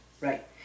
Right